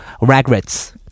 regrets